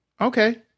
okay